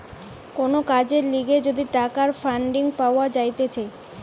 কোন কাজের লিগে যদি টাকার ফান্ডিং পাওয়া যাইতেছে